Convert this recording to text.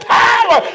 power